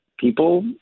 People